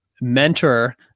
mentor